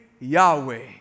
Yahweh